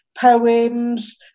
poems